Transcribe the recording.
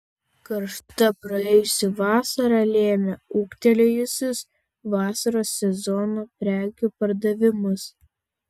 karšta praėjusi vasara lėmė ūgtelėjusius vasaros sezono prekių pardavimus